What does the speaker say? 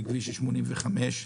כביש 85,